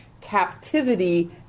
captivity